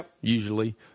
usually